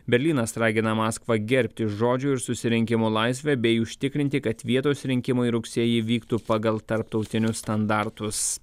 berlynas ragina maskvą gerbti žodžio ir susirinkimų laisvę bei užtikrinti kad vietos rinkimai rugsėjį vyktų pagal tarptautinius standartus